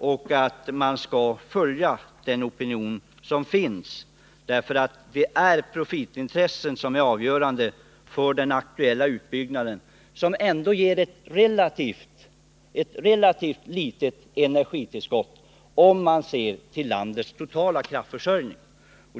utan att man kommer att följa den opinion som finns. Det är profitintressen som är avgörande för den aktuella utbyggnaden, som ändå skulle ge ett relativt litet energitillskott om man ser till landets totala kraftförsörjning.